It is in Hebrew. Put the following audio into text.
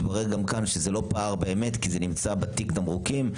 התברר שזה לא פער כי זה נמצא בתיק תמרוקים.